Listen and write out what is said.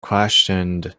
questioned